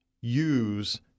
use